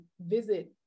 visit